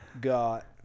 got